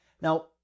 Now